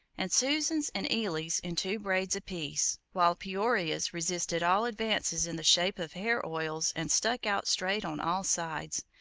and susan's and eily's in two braids apiece, while peoria's resisted all advances in the shape of hair oils and stuck out straight on all sides,